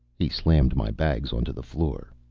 he slammed my bags onto the floor.